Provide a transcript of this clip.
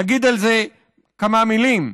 נגיד על זה כמה מילים.